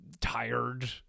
tired